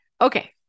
Okay